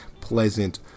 pleasant